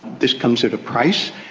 this comes at a price.